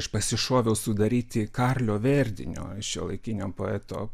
aš pasišoviau sudaryti karlio verdinio šiuolaikinio poeto